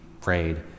prayed